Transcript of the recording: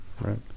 Right